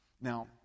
Now